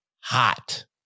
hot